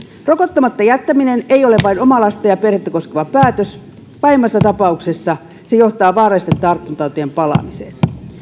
rokottamatta jättäminen ei ole vain omaa lasta ja perhettä koskeva päätös pahimmassa tapauksessa se johtaa vaarallisten tartuntatautien palaamiseen